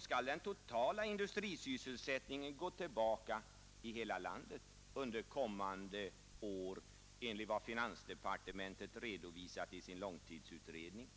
skall den totala industrisysselsättningen minska i hela landet under kommande år enligt vad finansdepartementet redovisat i sin långtidsutredning.